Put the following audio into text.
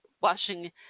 washing